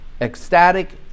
ecstatic